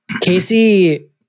Casey